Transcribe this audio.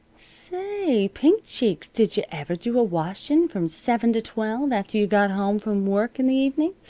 say, pink cheeks, did yuh ever do a washin' from seven to twelve, after you got home from work in the evenin'?